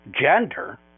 gender